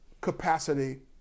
capacity